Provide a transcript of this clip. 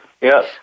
Yes